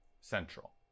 Central